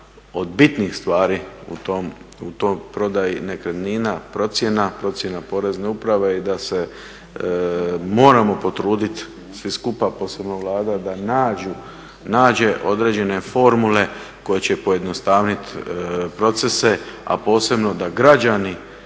od bitnih stvari u toj prodaji nekretnina, procjena Porezne uprave je da se moramo potruditi svi skupa, posebno Vlada da nađe određene formule koje će pojednostaviti procese, a posebno da građani